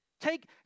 Take